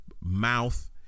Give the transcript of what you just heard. mouth